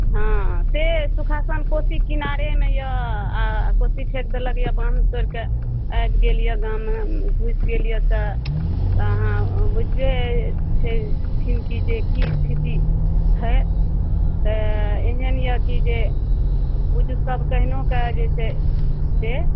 हँ से सुखासन कोसी किनारेमे यऽ कोसी फेक देलक या बान तोड़ि कऽ आबि गेल यऽ गाँवमे घुसि गेल यऽ तऽ अहाँ बुझबे छै छथिन कि जे की स्थिति होयत तऽ एहन यऽ कि जे बुझु सभ कहिनो कऽ जे छै से